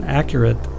accurate